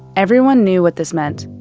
everyone knew what this meant.